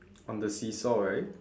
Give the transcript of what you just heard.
on the seesaw right